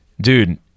dude